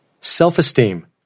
Self-esteem